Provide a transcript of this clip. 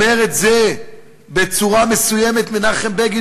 אומר את זה בצורה מסוימת מנחם בגין.